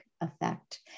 effect